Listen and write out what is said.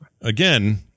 Again